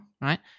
right